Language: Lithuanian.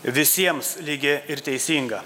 visiems lygi ir teisinga